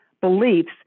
beliefs